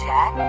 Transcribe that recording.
Jack